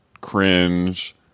cringe